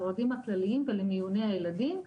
הכלליים ולמיוני הילדים,